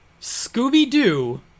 scooby-doo